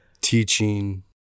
teaching